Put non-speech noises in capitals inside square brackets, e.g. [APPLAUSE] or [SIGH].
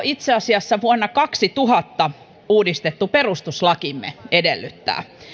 [UNINTELLIGIBLE] itse asiassa vuonna kaksituhatta uudistettu perustuslakimme edellyttää